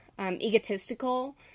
egotistical